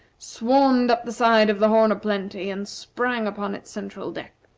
swarmed up the side of the horn o' plenty, and sprang upon its central deck.